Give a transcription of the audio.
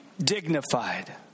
Dignified